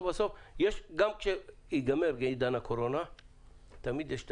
גם כשייגמר עידן הקורונה תמיד יש את